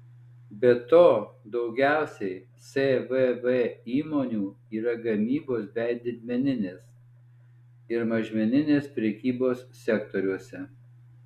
be to daugiausiai svv įmonių yra gamybos bei didmeninės ir mažmeninės prekybos sektoriuose